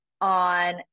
on